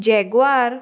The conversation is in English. jaguar